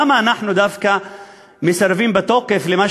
למה אנחנו דווקא מסרבים בתוקף למה